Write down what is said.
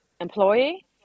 employee